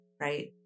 right